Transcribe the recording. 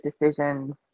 decisions